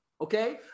Okay